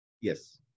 Yes